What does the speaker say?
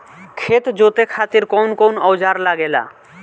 खेत जोते खातीर कउन कउन औजार लागेला?